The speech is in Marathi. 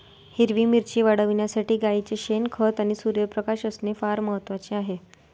हिरवी मिरची वाढविण्यासाठी गाईचे शेण, खत आणि सूर्यप्रकाश असणे फार महत्वाचे आहे